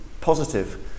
positive